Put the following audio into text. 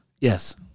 Yes